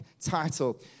title